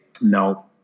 no